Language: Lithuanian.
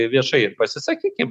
viešai ir pasisakykim